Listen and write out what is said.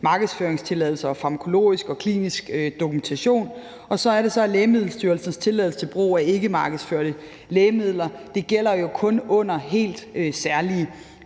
markedsføringstilladelser og farmakologisk og klinisk dokumentation. Så er det, at Lægemiddelstyrelsens tilladelse til brug af ikkemarkedsførte lægemidler kun gælder under helt særlige